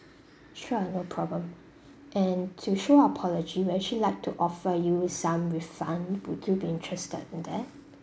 sure no problem and to show apology we actually like to offer you some refund would you be interested in that